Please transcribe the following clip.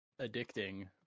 addicting